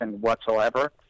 whatsoever